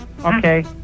okay